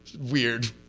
weird